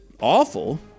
awful